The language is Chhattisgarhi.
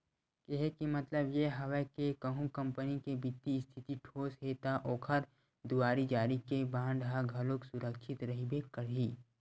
केहे के मतलब ये हवय के कहूँ कंपनी के बित्तीय इस्थिति ठोस हे ता ओखर दुवारी जारी के बांड ह घलोक सुरक्छित रहिबे करही